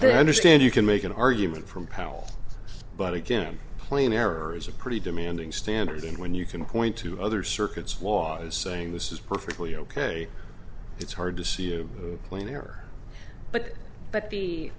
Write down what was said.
they understand you can make an argument from powell but again plane error is a pretty demanding standard and when you can point to other circuits flaws saying this is perfectly ok it's hard to